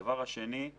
הדבר השני הוא